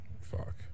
fuck